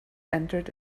entered